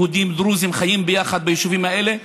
יהודים ודרוזים חיים יחד ביישובים האלה.